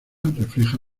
refleja